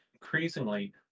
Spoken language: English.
increasingly